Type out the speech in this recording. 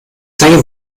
zeige